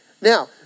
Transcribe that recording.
Now